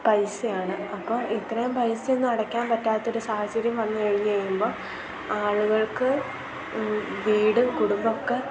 പൈസയാണ് അപ്പം ഇത്രയും പൈസ ഒന്നും അടയ്ക്കാൻ പറ്റാത്തൊരു സാഹചര്യം വന്നു കഴിഞ്ഞ് കഴിയുമ്പം ആളുകൾക്ക് വീടും കുടുംബവും ഒക്കെ